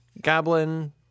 Goblin